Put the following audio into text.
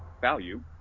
value